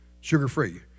sugar-free